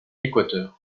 équateur